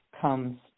comes